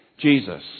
Jesus